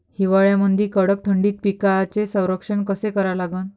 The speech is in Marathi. हिवाळ्यामंदी कडक थंडीत पिकाचे संरक्षण कसे करा लागन?